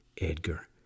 Edgar